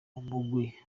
umugwi